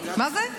מה זה?